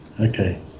okay